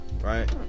Right